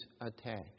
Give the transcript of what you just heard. attached